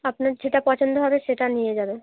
আপনার যেটা পছন্দ হবে সেটা নিয়ে যাবেন